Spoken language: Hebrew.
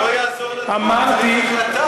אמרתי,